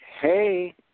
hey